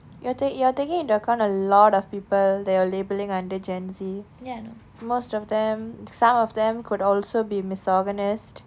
your tak~ you are taking into account a lot of people that you are labelling under gen Z most of them some of them could also be misogynist